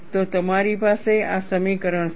તો તમારી પાસે આ સમીકરણ છે